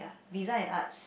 design and arts